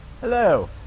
Hello